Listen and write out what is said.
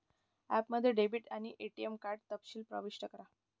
ॲपमध्ये डेबिट आणि ATM card तपशील प्रविष्ट करा